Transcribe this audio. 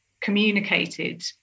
communicated